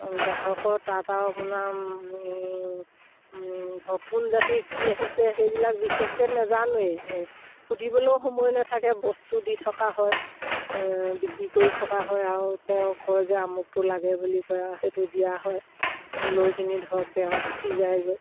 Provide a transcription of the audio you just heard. গ্ৰাহকৰ তাত আৰু আপোনাৰ ধৰক কোন জাতি কি আহিছে সেইবিলাক বিশেষকে নোজানোৱেই সুধিবলৈও সময় নেথাকে বস্তু দি থকা হয় বিক্ৰী কৰি থকা হয় আৰু তেওঁ কয় যে আমুকটো লাগে বুলি কয় আৰু সেইটো দিয়া হয় লৈ কিনি ধৰক তেওঁ গুচি যায়গৈ